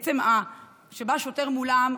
עצם זה שבא מולם שוטר,